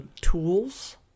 tools